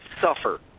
suffer